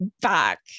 back